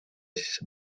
sisse